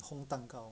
烘蛋糕